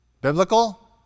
Biblical